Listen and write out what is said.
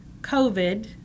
COVID